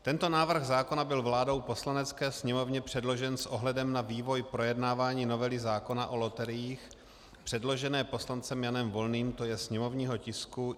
Tento návrh zákona byl vládou Poslanecké sněmovny předložen s ohledem na vývoj projednávání novely zákona o loteriích, předložené poslancem Janem Volným, to je sněmovního tisku 437.